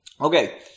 Okay